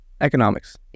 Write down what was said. Economics